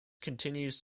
continues